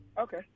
Okay